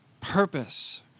purpose